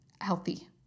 healthy